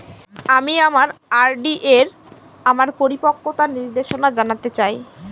আমি আমার আর.ডি এর আমার পরিপক্কতার নির্দেশনা জানতে চাই